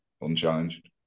unchallenged